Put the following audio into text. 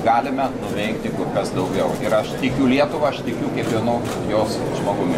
galime nuveikti kur kas daugiau ir aš tikiu lietuva aš tikiu kiekvienu jos žmogumi